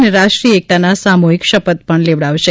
અને રાષદ્રીય એકતાના સામુહીક શપથ પણ લેવડાવશે